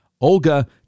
Olga